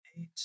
eight